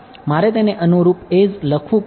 મારે તેને અનુરૂપ a's લખવું પડશે